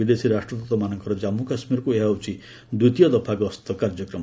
ବିଦେଶୀ ରାଷ୍ଟ୍ରଦୃତମାନଙ୍କର କାଞ୍ଚୁକାଶ୍ମୀରକୁ ଏହା ହେଉଛି ଦ୍ୱିତୀୟ ଦଫା ଗସ୍ତ କାର୍ଯ୍ୟକ୍ରମ